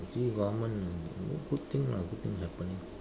see government good thing lah good thing happening